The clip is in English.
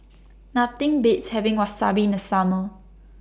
Nothing Beats having Wasabi in The Summer